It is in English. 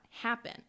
happen